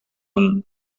een